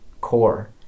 core